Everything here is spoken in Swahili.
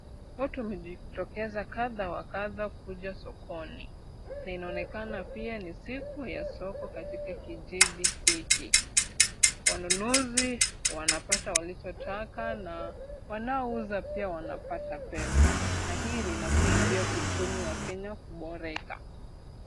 Watu wamejitokeza kadha kadha kuja sokoni na inaonekana pia ni siku ya soko katika kijiji hiki. Wanunuzi wanapata walichotaka na wanaouza pia wanapata pesa na hii linasaidia uchumi wa Kenya kuboreka.